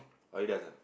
Adidas eh